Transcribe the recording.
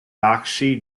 taxi